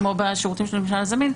כמו בשירותים של ממשל זמין,